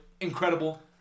Incredible